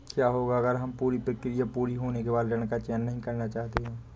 क्या होगा अगर हम पूरी प्रक्रिया पूरी होने के बाद ऋण का चयन नहीं करना चाहते हैं?